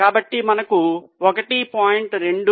కాబట్టి మనకు 1